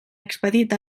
expedit